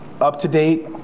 Up-to-date